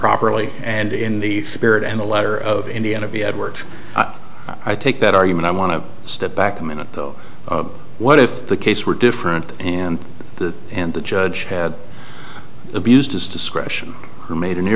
properly and in the spirit and the letter of indiana be edwards i take that argument i want to step back a minute though what if the case were different and the and the judge had abused his discretion who made an